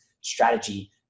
strategy